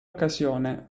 occasione